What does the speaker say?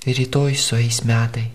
rytoj sueis metai